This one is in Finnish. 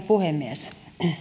puhemies on